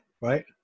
right